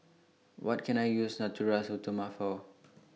What Can I use Natura Stoma For